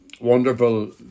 wonderful